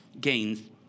gains